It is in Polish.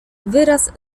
wyraz